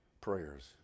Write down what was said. prayers